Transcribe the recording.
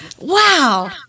wow